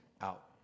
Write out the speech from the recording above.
out